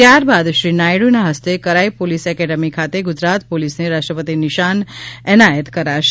ત્યારબાદ શ્રી નાયડુના હસ્તે કરાઇ પોલીસ એકેડમી ખાતે ગુજરાત પોલીસને રાષ્ટ્રપતિ નિશાન એનાયત કરાશે